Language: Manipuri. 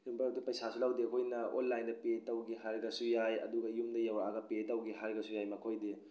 ꯄꯩꯁꯥꯁꯨ ꯂꯧꯗꯦ ꯑꯩꯈꯣꯏꯅ ꯑꯣꯟꯂꯥꯏꯟꯗ ꯄꯦ ꯇꯧꯒꯦ ꯍꯥꯏꯔꯒꯁꯨ ꯌꯥꯏ ꯑꯗꯨꯒ ꯌꯨꯝꯗ ꯌꯧꯔꯛꯂꯒ ꯄꯦ ꯇꯧꯒꯦ ꯍꯥꯏꯔꯒꯁꯨ ꯌꯥꯏ ꯃꯈꯣꯏꯗꯤ